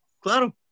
claro